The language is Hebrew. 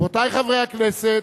רבותי חברי הכנסת,